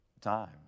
time